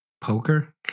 poker